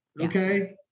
Okay